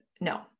no